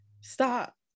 stop